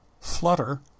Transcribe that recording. Flutter